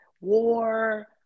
war